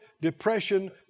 depression